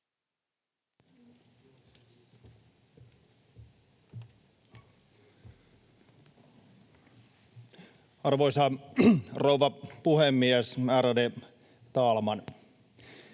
Arvoisa rouva puhemies, ärade talman!